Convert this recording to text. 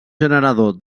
generador